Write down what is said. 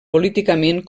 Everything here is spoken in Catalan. políticament